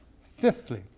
Fifthly